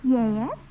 Yes